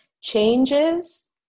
changes